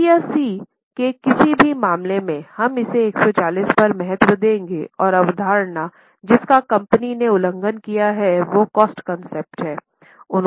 B या C के किसी भी मामले में हम इसे 140 पर महत्व देंगे और अवधारणा जिसका कंपनी ने उल्लंघन किया है वह कॉस्ट कॉन्सेप्ट है